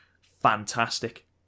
fantastic